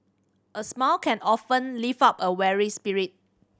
a smile can often lift up a weary spirit